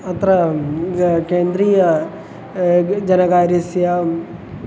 अत्र केन्द्रीय जनकार्यस्य